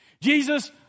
Jesus